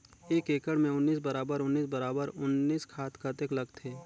एक एकड़ मे उन्नीस बराबर उन्नीस बराबर उन्नीस खाद कतेक लगथे?